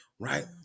right